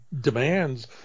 demands